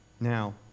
Now